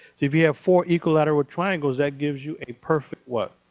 if you have four equilateral triangles that gives you a perfect what?